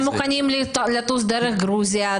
הם מוכנים לטוס דרך גרוזיה,